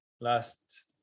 Last